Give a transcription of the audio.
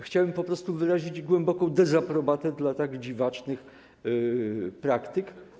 Chciałem po prostu wyrazić głęboką dezaprobatę dla tak dziwacznych praktyk.